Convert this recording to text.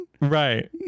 Right